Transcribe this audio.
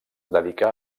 dedicà